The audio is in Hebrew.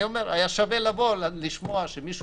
אני אומר היה שווה לבוא ולשמוע שמישהו